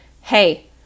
hey